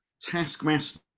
taskmaster